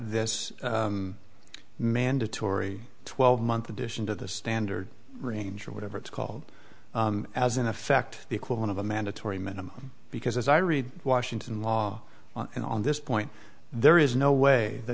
this mandatory twelve month addition to the standard range or whatever it's called as an effect the equivalent of a mandatory minimum because as i read washington law on this point there is no way the